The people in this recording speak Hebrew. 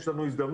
יש לנו הזדמנות.